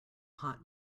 hot